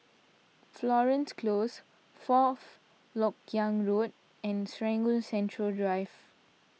Florence Close Fourth Lok Yang Road and Serangoon Central Drive